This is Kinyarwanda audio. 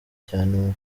cyane